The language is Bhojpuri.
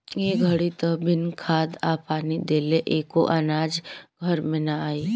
ए घड़ी त बिना खाद आ पानी देले एको अनाज घर में ना आई